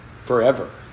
Forever